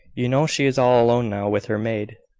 you know she is all alone now with her maid.